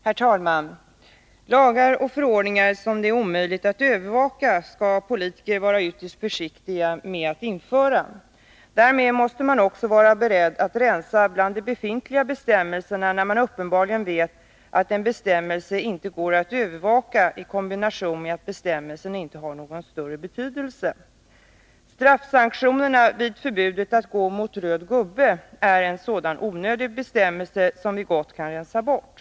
Herr talman! Lagar och förordningar som det är omöjligt att övervaka skall politiker vara ytterst försiktiga med att införa. Därmed måste man också vara beredd att rensa bland de befintliga bestämmelserna, när man uppenbarligen vet att en bestämmelse inte går att övervaka i kombination med att den inte har någon större betydelse. Straffsanktionerna vid överträdelse av förbudet att gå mot röd gubbe är en sådan onödig bestämmelse, som vi gott kan rensa bort.